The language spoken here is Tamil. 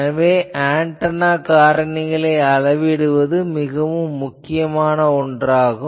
எனவே ஆன்டெனா காரணிகளை அளவிடுவது முக்கியமானதாகும்